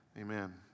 Amen